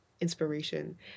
inspiration